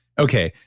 okay,